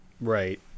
Right